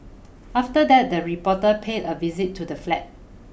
after that the reporter paid a visit to the flat